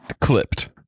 Clipped